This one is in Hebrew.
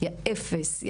יא אפס,